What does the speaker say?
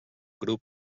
grup